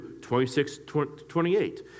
26-28